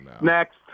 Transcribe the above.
Next